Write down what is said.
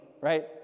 right